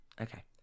Okay